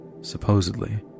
supposedly